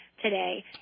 today